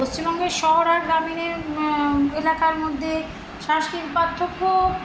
পশ্চিমবঙ্গের শহর আর গ্রামীণের এলাকার মধ্যে সাংস্কৃতিক পার্থক্য